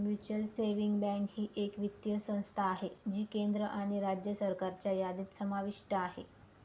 mutual savings bank ही एक वित्तीय संस्था आहे जी केंद्र आणि राज्य सरकारच्या यादीत समाविष्ट आहे